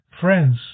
friends